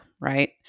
right